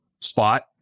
spot